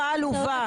שיחה עלובה.